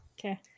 okay